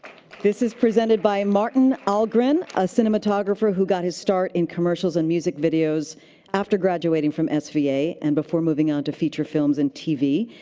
this is presented by martin algren, a cinematographer who got his start in commercials and music videos after graduating from sva, and before moving onto feature films and tv.